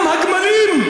גם הגמלים,